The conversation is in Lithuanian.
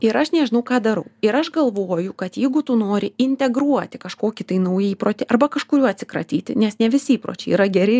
ir aš nežinau ką darau ir aš galvoju kad jeigu tu nori integruoti kažkokį tai naują įprotį arba kažkurio atsikratyti nes ne visi įpročiai yra geri